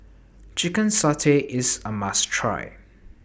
Chicken Satay IS A must Try